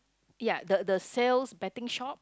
ya the the sales betting shop